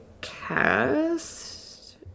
cast